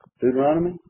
Deuteronomy